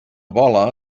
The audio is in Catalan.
bola